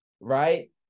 Right